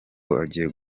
agiye